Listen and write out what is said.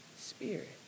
Spirit